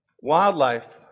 Wildlife